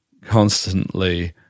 constantly